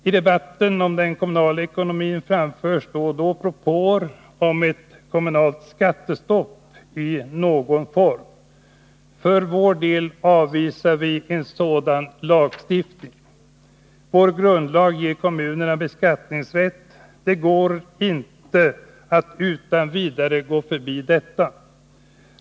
I debatten om den kommunala ekonomin framförs då och då propåer om ett kommunalt skattestopp i någon form. För vår del avvisar vi en sådan lagstiftning. Vår grundlag ger kommunerna beskattningsrätt. Det går inte att utan vidare gå förbi detta.